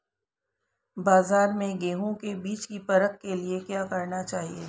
बाज़ार में गेहूँ के बीज की परख के लिए क्या करना चाहिए?